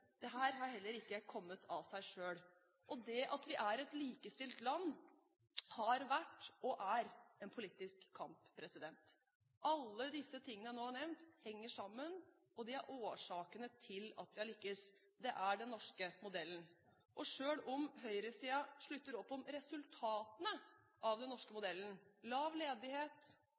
har heller ikke kommet av seg selv. Det at vi er et likestilt land, har vært – og er – en politisk kamp. Alt dette som jeg nå har nevnt, henger sammen og er årsakene til at vi har lyktes. Det er den norske modellen. Selv om høyresiden slutter opp om resultatene av den norske modellen – lav ledighet,